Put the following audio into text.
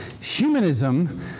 humanism